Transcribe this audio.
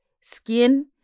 skin